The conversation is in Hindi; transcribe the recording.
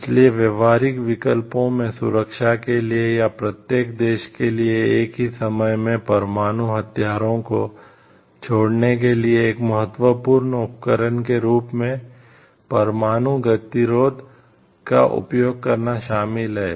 इसलिए व्यावहारिक विकल्पों में सुरक्षा के लिए या प्रत्येक देश के लिए एक ही समय में परमाणु हथियारों को छोड़ने के लिए एक महत्वपूर्ण उपकरण के रूप में परमाणु गतिरोध का उपयोग करना शामिल है